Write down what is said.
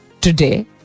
today